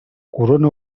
corona